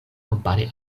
kompare